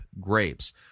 grapes